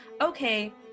okay